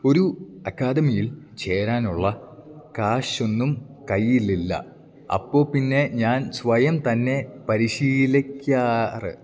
ഒരു അക്കാദമിയിൽ ചേരാനുള്ള കാശൊന്നും കയ്യിലില്ല അപ്പോള്പ്പിന്നെ ഞാൻ സ്വയം തന്നെയാണു പരിശീലിക്കാറ്